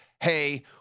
hey